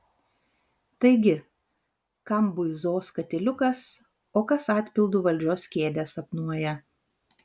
taigi kam buizos katiliukas o kas atpildu valdžios kėdę sapnuoja